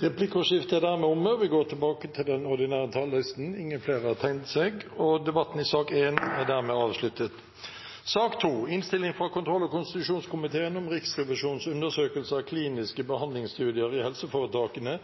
Replikkordskiftet er omme. Etter ønske fra kontroll- og konstitusjonskomiteen vil presidenten ordne debatten slik: 5 minutter til hver partigruppe og